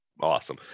Awesome